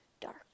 dark